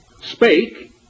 spake